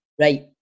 Right